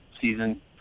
Season